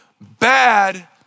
bad